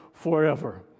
Forever